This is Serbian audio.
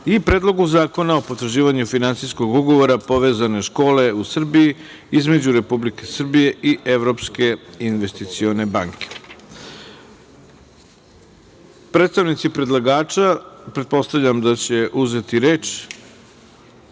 i Predlogu zakona o potvrđivanju Finansijskog ugovora „Povezane škole u Srbiji“ između Republike Srbije i Evropske investicione banke. Predstavnici predlagača pretpostavljam da će uzeti reč. Reč